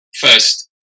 first